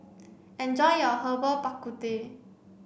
enjoy your Herbal Bak Ku Teh